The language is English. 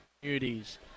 communities